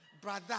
brother